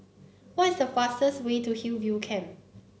why is the fastest way to Hillview Camp